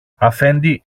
αφέντη